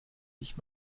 dich